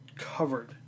Covered